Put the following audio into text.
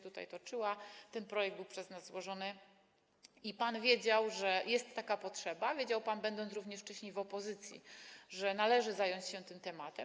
Ten projekt był przez nas złożony i pan wiedział, że jest taka potrzeba, wiedział pan, będąc również wcześniej w opozycji, że należy zająć się tym tematem.